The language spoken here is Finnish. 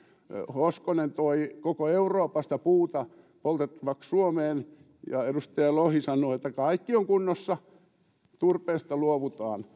hoskonen toi koko euroopasta puuta poltettavaksi suomeen ja edustaja lohi sanoi että kaikki on kunnossa turpeesta luovutaan